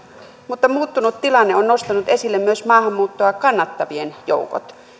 mutta muuttunut tilanne on nostanut esille myös maahanmuuttoa kannattavien joukot